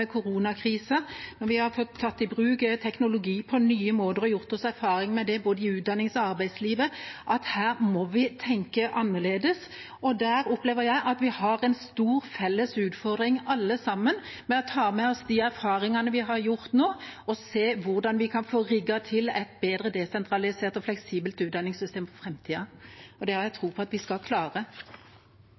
koronakrisa, hvor vi har fått tatt i bruk teknologi på nye måter og gjort oss erfaringer med det både i utdanning og i arbeidslivet, at her må vi tenke annerledes. Der opplever jeg at vi har en stor felles utfordring, alle sammen, med å ta med oss de erfaringene vi har gjort oss nå, og se hvordan vi kan få rigget til et bedre desentralisert og fleksibelt utdanningssystem for framtiden. Det har jeg tro på at vi skal klare.